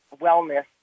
wellness